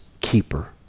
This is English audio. keeper